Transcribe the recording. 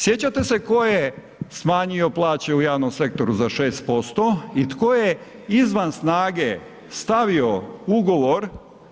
Sjećate se tko je smanjio plaće u javnom sektoru za 6% i tko je izvan snage stavio ugovor